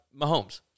Mahomes